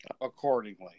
accordingly